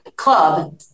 club